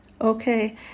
Okay